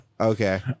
okay